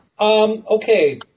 okay